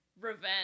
revenge